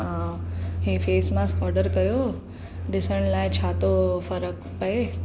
इहे face mask order कयो ॾिसण लाइ छा थो फ़रकु पए